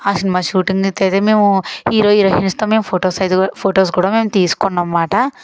ఆ సినిమా షూటింగ్తో మేము హీరో హీరోయిన్స్తో మేం ఫొటోస్ కూడా మేము తీసుకున్నాంమాట